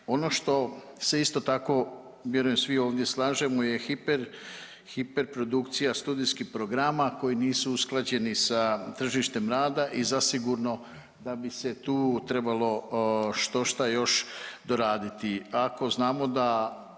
Ono što se isto tako vjerujem svi ovdje slažemo je hiper, hiperprodukcija studijskih programa koji nisu usklađeni sa tržištem rada i zasigurno da bi se tu trebalo štošta još doraditi.